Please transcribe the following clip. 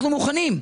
אנחנו מוכנים,